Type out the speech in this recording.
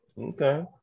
Okay